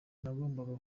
nagombaga